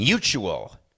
Mutual